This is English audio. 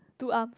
two arm